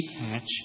hatch